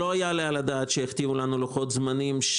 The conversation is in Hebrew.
לא יעלה על הדעת שיכתיבו לנו לוחות זמנים,